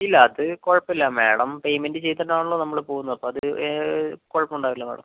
ഇല്ല അത് കുഴപ്പമില്ല മാഡം പേയ്മെൻറ് ചെയ്തിട്ടാണല്ലോ നമ്മള് പോകുന്നത് അപ്പോൾ അതൊരു കുഴപ്പമുണ്ടാകില്ല മാഡം